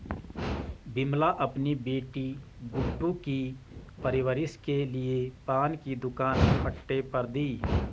विमला अपनी बेटी गुड्डू की परवरिश के लिए पान की दुकान पट्टे पर दी